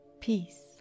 Peace